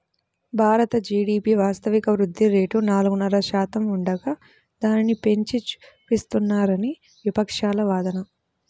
Bharat GDP వాస్తవిక వృద్ధి rate నాలుగున్నర శాతం ఉండగా దానిని పెంచి చూపిస్తున్నారని విపక్షాల వాదన